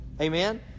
Amen